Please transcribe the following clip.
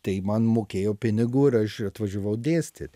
tai man mokėjo pinigų ir aš atvažiavau dėstyt